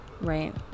right